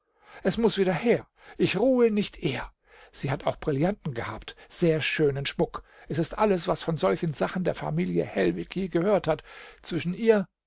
es muß wieder her ich ruhe nicht eher sie hat auch brillanten gehabt sehr schönen schmuck es ist alles was von solchen sachen der familie hellwig je gehört hat zwischen ihr